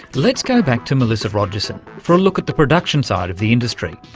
let's go back to melissa rogerson for a look at the production side of the industry.